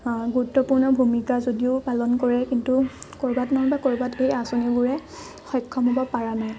গুৰুত্বপূৰ্ণ ভূমিকা যদিও পালন কৰে কিন্তু ক'ৰবাত নহ'লেবা ক'ৰবাত এই আঁচনিবোৰে সক্ষম হ'ব পৰা নাই